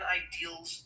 ideals